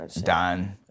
done